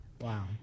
Wow